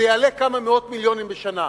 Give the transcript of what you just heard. זה יעלה כמה מאות מיליונים בשנה.